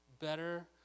better